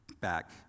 back